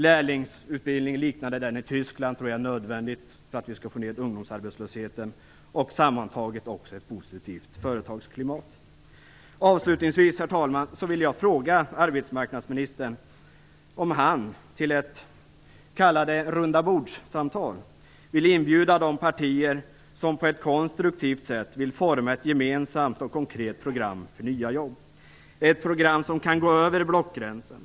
Lärlingsutbildning, liknande den i Tyskland, tror jag är nödvändig för att vi skall få ned ungdomsarbetslösheten och få ett positivt företagsklimat. Avslutningsvis, herr talman, vill jag fråga arbetsmarknadsministern om han, till ett rundabordssamtal, vill inbjuda de partier som på ett konstruktivt sätt vill forma ett gemensamt och konkret program för nya jobb; ett program över blockgränsen.